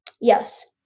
Yes